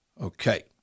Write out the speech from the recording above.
Okay